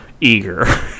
eager